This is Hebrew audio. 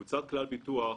קבוצת כלל ביטוח,